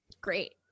great